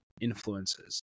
influences